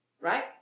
Right